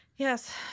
Yes